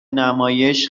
نمایش